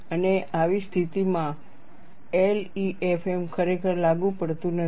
અને આવી પરિસ્થિતિઓમાં LEFM ખરેખર લાગુ પડતું નથી